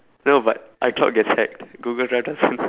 no but icloud get hacked google drive doesn't